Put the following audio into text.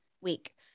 week